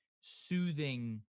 soothing